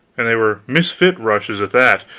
and they were misfit rushes at that,